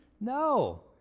No